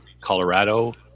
Colorado